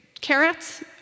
carrots